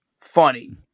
funny